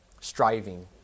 striving